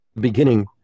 beginning